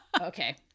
Okay